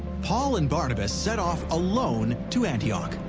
paul and barnabas set off alone to antioch.